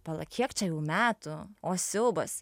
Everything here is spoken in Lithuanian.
pala kiek čia jau metų o siaubas